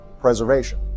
preservation